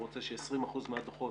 הוא רוצה ש-20% מהדוחות